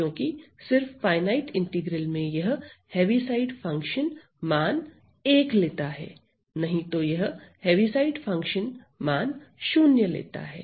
क्योंकि सिर्फ finite integral में यह हैवी साइड फंक्शन मान 1 लेता है नहीं तो यह हैवी साइड फंक्शन मान 0 लेता है